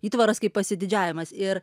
įtvaras kaip pasididžiavimas ir